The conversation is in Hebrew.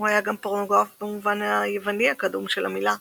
הוא היה גם "פורנוגרף" במובן היווני הקדום של המילה,